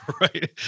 right